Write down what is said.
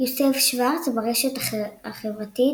יוסף שורץ, ברשת החברתית